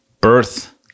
Birth